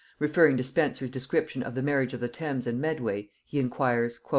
referring to spenser's description of the marriage of the thames and medway, he inquires.